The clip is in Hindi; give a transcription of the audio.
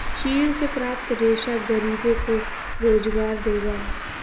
चीड़ से प्राप्त रेशा गरीबों को रोजगार देगा